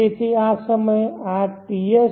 તેથી આ સમયે આ સમય TS